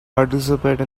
participate